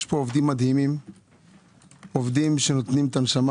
יש פה עובדים מדהימים שנותנים את הנשמה